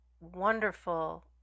wonderful